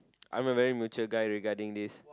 I'm a very mature guy regarding this